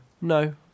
no